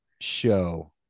show